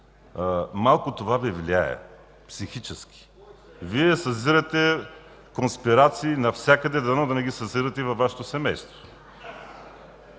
Малко това Ви влияе – психически. Вие съзирате конспирации навсякъде. Дано да не ги съзирате и във Вашето семейство